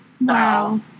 wow